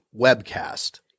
webcast